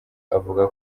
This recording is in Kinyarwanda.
avuga